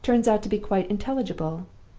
turns out to be quite intelligible,